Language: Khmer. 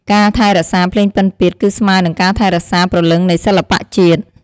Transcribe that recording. ការថែរក្សាភ្លេងពិណពាទ្យ គឺស្មើនឹងការថែរក្សាព្រលឹងនៃសិល្បៈជាតិ។